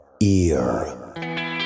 ear